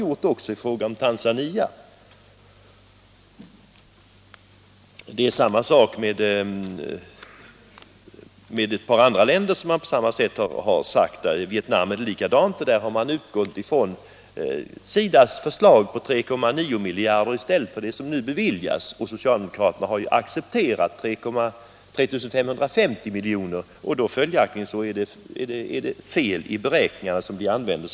På detta sätt har socialdemokraterna gjort också i fråga om Tanzania. Det är samma sak när det gäller Vietnam. Där har de utgått från SIDA:s förslag på 3 900 milj.kr. i stället för det belopp som nu beviljas. Socialdemokraterna har ju accepterat 3 550 milj.kr., och följaktligen använder de sig av felaktiga beräkningar.